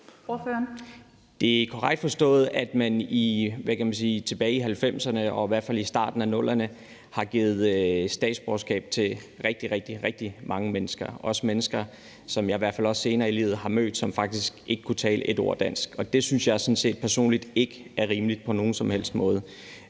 Det er korrekt forstået, at man tilbage i 1990'erne og i hvert fald i starten af 00'erne har givet statsborgerskab til rigtig, rigtig mange mennesker, også mennesker, som jeg i hvert fald også senere i livet har mødt, og som faktisk ikke kunne tale et ord dansk, og det synes jeg sådan set personligt ikke er rimeligt på nogen som helst måde.